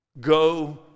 go